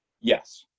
Yes